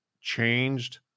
changed